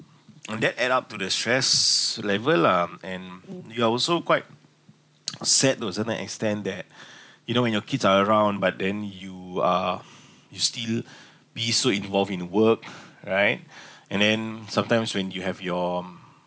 and that add up to the stress level lah and you are also quite sad wasn't the extent that you know when your kids are around but then you are you still be so involved in work right and then sometimes when you have your